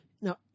Now